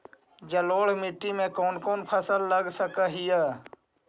जलोढ़ मिट्टी में कौन कौन फसल लगा सक हिय?